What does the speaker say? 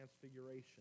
Transfiguration